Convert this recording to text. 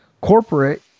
corporate